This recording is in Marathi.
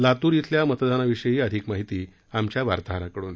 लातूर शिल्या मतदानाविषयी अधिक माहिती आमच्या वार्ताहराकडून